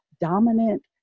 dominant